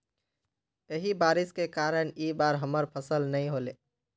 यही बारिश के कारण इ बार हमर फसल नय होले?